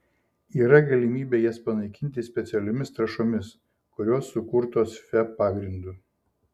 yra galimybė jas panaikinti specialiomis trąšomis kurios sukurtos fe pagrindu